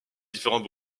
différents